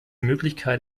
möglichkeit